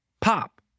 pop